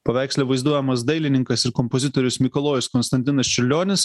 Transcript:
paveiksle vaizduojamas dailininkas ir kompozitorius mikalojus konstantinas čiurlionis